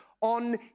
on